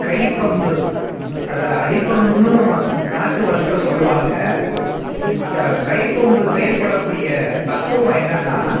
கைப்பம்பு அதை அடிப்பம்புன்னும் நாட்டு வழக்கில் சொல்லுவாங்க அதை கை பம்பு செயல் படக்கூடிய தத்துவம் என்னன்னா